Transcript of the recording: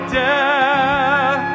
death